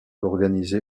organisé